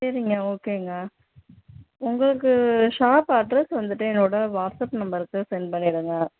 சரிங்க ஓகேங்க உங்களுக்கு ஷாப் அட்ரஸ் வந்துட்டு என்னோடய வாட்ஸாப் நம்பருக்கு சென்ட் பண்ணிவிடுங்க